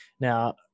Now